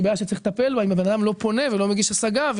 בעיה שצריך לטפל בה אם הבן אדם לא פונה ולא מגיש השגה,